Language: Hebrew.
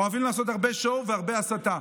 אוהבים לעשות הרבה Show והרבה הסתה.